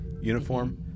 uniform